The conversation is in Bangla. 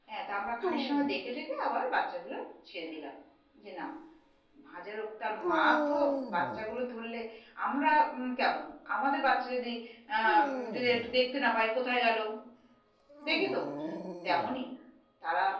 হ্যাঁ তা আমরা খানিক সময় দেখে টেকে আবার বাচ্চাগুলোর ছেড়ে দিলাম যে না হাজার হোক তার মা তো বাচ্চাগুলো ধরলে আমরা কেমন আমাদের বাচ্চা যদি যদি একটু দেখতে না পাই কোথায় গেল দেখি তো তেমনই তারা